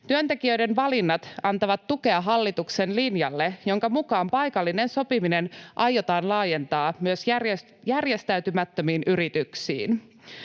Työntekijöiden valinnat antavat tukea hallituksen linjalle, jonka mukaan paikallinen sopiminen aiotaan laajentaa myös järjestäytymättömiin yrityksiin.